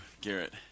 Garrett